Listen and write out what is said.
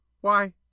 Why